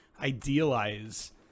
idealize